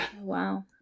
Wow